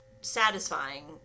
satisfying